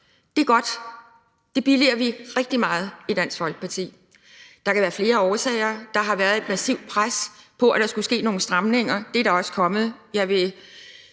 Det er godt. Det billiger vi rigtig meget i Dansk Folkeparti. Der kan være flere årsager. Der har været et massivt pres på, at der skulle ske nogle stramninger, og det er der også kommet.